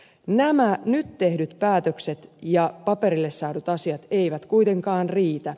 nämä nyt tehdyt päätökset ja paperille saadut asiat eivät kuitenkaan riitä